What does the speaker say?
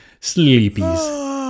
sleepies